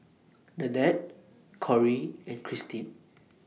Nanette Corey and Cristine